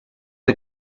the